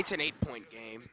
it's an eight point game